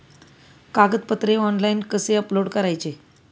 कागदपत्रे ऑनलाइन कसे अपलोड करायचे?